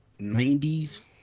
90s